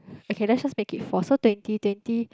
okay let's just make it four so twenty twenty